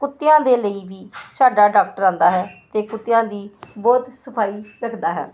ਕੁੱਤਿਆਂ ਦੇ ਲਈ ਵੀ ਸਾਡਾ ਡਾਕਟਰ ਆਉਂਦਾ ਹੈ ਅਤੇ ਕੁੱਤਿਆਂ ਦੀ ਬਹੁਤ ਸਫਾਈ ਰੱਖਦਾ ਹੈ